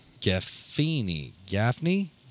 Gaffney